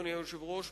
אדוני היושב-ראש,